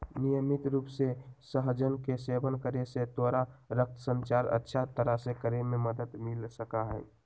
नियमित रूप से सहजन के सेवन करे से तोरा रक्त संचार अच्छा तरह से करे में मदद मिल सका हई